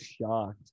shocked